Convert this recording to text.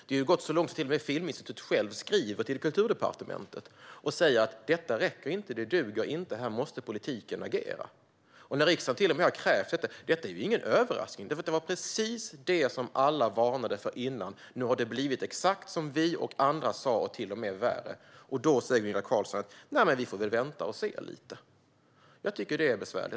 Det har gått så långt att till och med Filminstitutet självt skriver till Kulturdepartementet och säger: Detta räcker inte. Det duger inte. Här måste politiken agera. Riksdagen har till och med krävt det. Detta är ingen överraskning. Det var precis det som alla varnade för innan. Nu har det blivit exakt som vi och andra sa och till och med värre. Då säger Gunilla Carlsson: Nej, men vi får vänta och se. Jag tycker att det är besvärligt.